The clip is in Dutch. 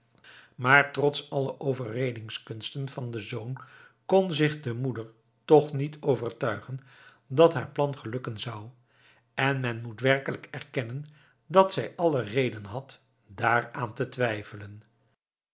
maar trots alle overredingskunsten van den zoon kon zich de moeder toch niet overtuigen dat haar plan gelukken zou en men moet werkelijk erkennen dat zij alle reden had daaraan te twijfelen